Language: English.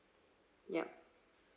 yup